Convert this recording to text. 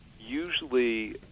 usually